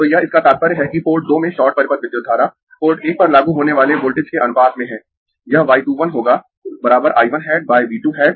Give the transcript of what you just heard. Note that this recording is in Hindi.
तो यह इसका तात्पर्य है कि पोर्ट दो में शॉर्ट परिपथ विद्युत धारा पोर्ट एक पर लागू होने वाले वोल्टेज के अनुपात में है यह y 2 1 है होगा I 1 हैट V 2 हैट